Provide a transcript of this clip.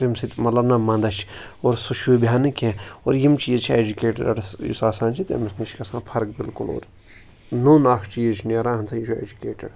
تمہ سۭتۍ مَطلَب نا مَنٛدَچھ اور سُہ شوٗبِہا نہٕ کینٛہہ اور یِم چیٖز چھِ ایٚجُکیٹرس یُس آسان چھِ تمِس نِش گَژھان فرق بِلکُل اور نوٚن اکھ چیٖز چھُ نیران اَہَن سا یہِ چھُ ایٚجُکیٹِڈ